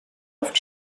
luft